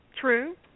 True